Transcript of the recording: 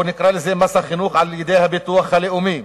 או נקרא לזה מס חינוך, על-ידי הביטוח הלאומי.